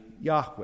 Yahweh